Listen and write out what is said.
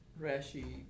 Rashi